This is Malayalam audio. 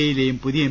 എയിലെയും പുതിയ എം